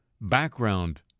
background